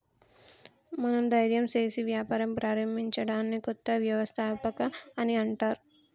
మనం ధైర్యం సేసి వ్యాపారం ప్రారంభించడాన్ని కొత్త వ్యవస్థాపకత అని అంటర్